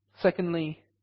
Secondly